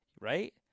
right